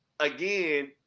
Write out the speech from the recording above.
again